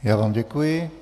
Já vám děkuji.